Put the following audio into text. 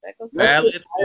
Valid